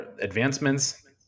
advancements